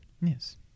yes